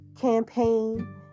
campaign